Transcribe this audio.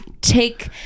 take